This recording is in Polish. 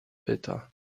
pyta